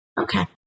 okay